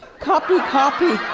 copy, copy.